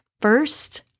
first